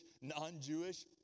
non-Jewish